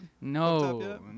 No